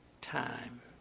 time